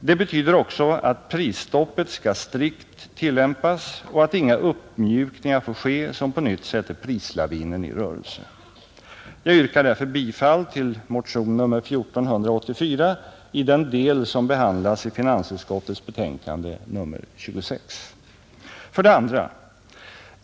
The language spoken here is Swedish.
Det betyder också att prisstoppet skall strikt tillämpas och att inga uppmjukningar får ske som på nytt sätter prislavinen i rörelse. Jag yrkar därför bifall till motion nr 1484 i den del som behandlas i finansutskottets betänkande nr 26. 2.